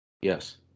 Yes